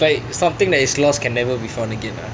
it's like something that is lost can never be found again ah